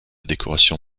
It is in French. décoration